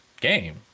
game